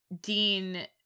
Dean